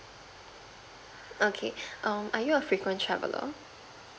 okay um are you a frequent traveller